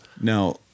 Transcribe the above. Now